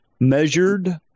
measured